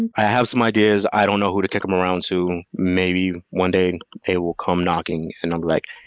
and i have some ideas. i don't know who to kick them around to. maybe one day they will come knocking, and i'll be like,